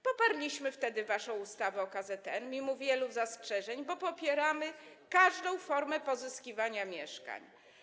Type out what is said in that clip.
Poparliśmy wtedy waszą ustawę o KZN mimo wielu zastrzeżeń, bo popieramy każdą formę pozyskiwania mieszkań.